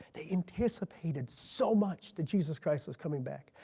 they anticipated so much that jesus christ was coming back.